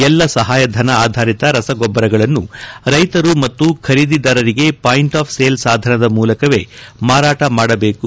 ಎಲ್ಲಾ ಸಹಾಯಧನ ಆಧಾರಿತ ರಸಗೊಬ್ಲರಗಳನ್ನು ರೈತರು ಮತ್ತು ಖರೀದಿದಾರರಿಗೆ ಪಾಯಿಂಟ್ ಆಫ್ ಸೇಲ್ ಸಾಧನದ ಮೂಲಕವೇ ಮಾರಾಟ ಮಾಡಬೇಕು